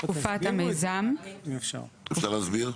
אפשר להסביר?